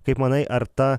kaip manai ar ta